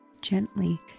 Gently